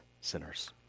sinners